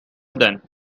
then